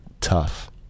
tough